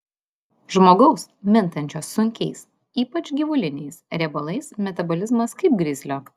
žmogaus mintančio sunkiais ypač gyvuliniais riebalais metabolizmas kaip grizlio